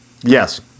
Yes